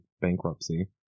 bankruptcy